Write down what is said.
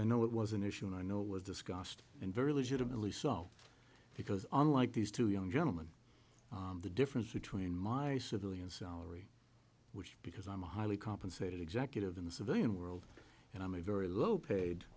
i know it was an issue and i know it was discussed and very legitimately salt because on like these two young gentleman the difference between mine a civilian salary which because i'm a highly compensated executive in the civilian world and i'm a very low paid